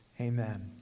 Amen